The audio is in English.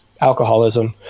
alcoholism